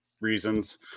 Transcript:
reasons